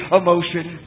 emotion